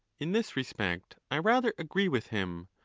in this respect i rather agree with him.